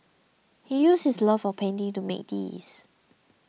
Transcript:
he used his love of painting to make these